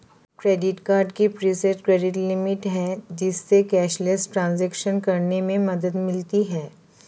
credit card की preset credit limit है, जिससे कैशलेस ट्रांज़ैक्शन करने में मदद मिलती है